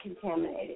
contaminated